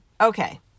Okay